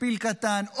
שפיל קטן,